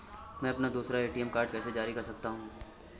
मैं अपना दूसरा ए.टी.एम कार्ड कैसे जारी कर सकता हूँ?